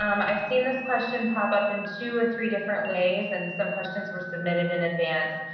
um i've seen this question pop up in two or three different ways, and some questions were submitted in advance.